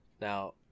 Now